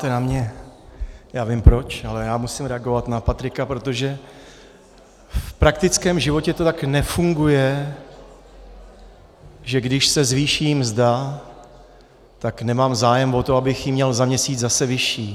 Koukáte na mě, já vím proč, ale já musím reagovat na Patrika, protože v praktickém životě to tak nefunguje, že když se zvýší mzda, tak nemám zájem o to, abych ji měl za měsíc zase vyšší.